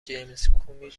جیمزکومی